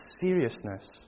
seriousness